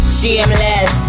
Shameless